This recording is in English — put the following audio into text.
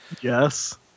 Yes